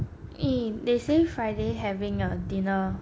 eh they say friday having a dinner